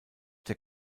der